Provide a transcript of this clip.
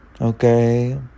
Okay